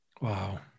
Wow